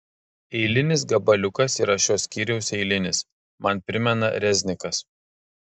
eilinis gabaliukas yra šio skyriaus eilinis man primena reznikas